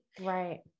Right